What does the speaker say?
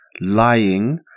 lying